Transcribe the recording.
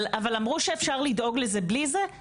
אבל אמרו שאפשר לדאוג לזה בלי, אדרבה,